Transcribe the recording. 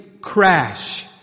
crash